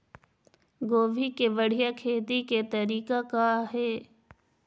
गोभी के बढ़िया खेती के तरीका का हे?